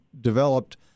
developed